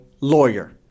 lawyer